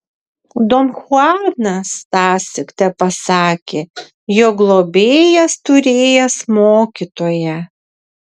don chuanas tąsyk tepasakė jog globėjas turėjęs mokytoją